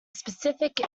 specific